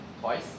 twice